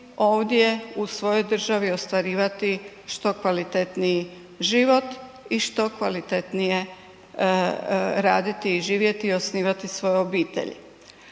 ovdje u svojoj državi ostvarivati što kvalitetniji život i što kvalitetnije raditi i živjeti i osnivati svoju obitelj.